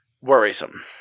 worrisome